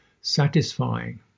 satisfying